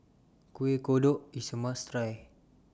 Kueh Kodok IS A must Try